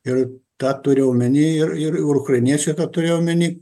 ir tą turi omeny ir ir ukrainiečiai tą turėjo omeny